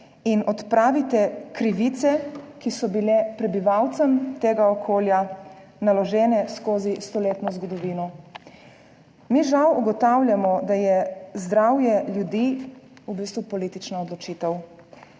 in odpravite krivice, ki so bile prebivalcem tega okolja naložene skozi stoletno zgodovino. Žal ugotavljamo, da je zdravje ljudi v bistvu politična odločitev,